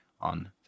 on